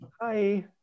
hi